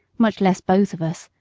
much less both of us,